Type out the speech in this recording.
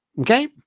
Okay